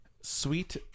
Sweet